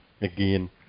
again